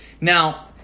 Now